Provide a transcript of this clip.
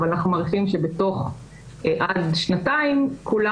אבל אנחנו מעריכים שבתוך עד שנתיים כולם